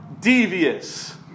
devious